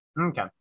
okay